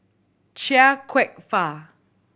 Chia Kwek Fah